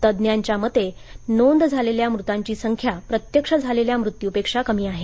तज्ञांच्या मते नोंद झालेल्या मृतांची संख्या प्रत्यक्ष झालेल्या मृत्युंपेक्षा कमी आहे